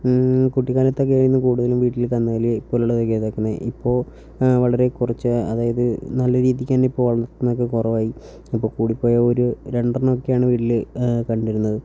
കുട്ടിക്കാലത്തൊക്കെയായിരുന്നു കൂടുതലും വീട്ടിൽ കന്നുകാലിപോലെയുള്ളതൊക്കെ ഇതാക്കുന്നത് ഇപ്പോൾ വളരെ കുറച്ച് അതായത് നല്ല രീതിക്കുതന്നെ ഇപ്പോൾ വളർത്തുന്നതൊക്കെ കുറവായി ഇപ്പോൾ കൂടിപ്പോയാൽ ഒരു രണ്ടെണ്ണമൊക്കെയാണ് വീട്ടിൽ കണ്ടുവരുന്നത്